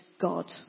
God